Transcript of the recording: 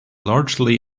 largely